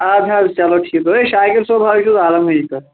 اَدٕ حظ چلو ٹھیٖکھ دوٚپمے شاکِر صاب حظ چھُس عالم گیری پیٚٹھ